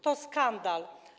To skandal.